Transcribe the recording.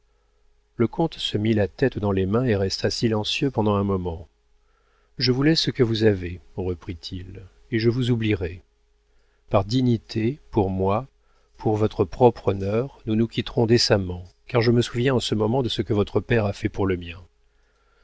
le comte se mit la tête dans les mains et resta silencieux pendant un moment je vous laisse ce que vous avez reprit-il et je vous oublierai par dignité pour moi pour votre propre honneur nous nous quitterons décemment car je me souviens en ce moment de ce que votre père a fait pour le mien